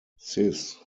six